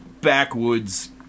backwoods